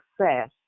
success